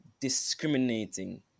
discriminating